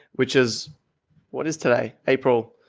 which is what is today? april,